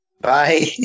Bye